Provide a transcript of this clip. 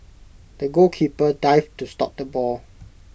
the goalkeeper dived to stop the ball